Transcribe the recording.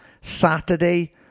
Saturday